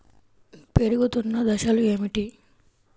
పెరుగుతున్న దశలు ఏమిటి?